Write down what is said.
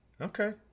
Okay